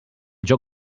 joc